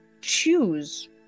choose